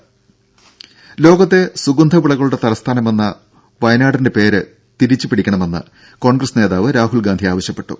രുര ലോകത്തെ സുഗന്ധ വിളകളുടെ തലസ്ഥാനമെന്ന വയനാടിന്റെ പേര് തിരിച്ചുപിടിക്കണമെന്ന് കോൺഗ്രസ് നേതാവ് രാഹുൽ ഗാന്ധി ആവശ്യപ്പെട്ടു